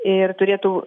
ir turėtų